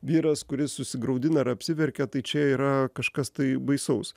vyras kuris susigraudina ar apsiverkia tai čia yra kažkas baisaus